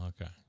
okay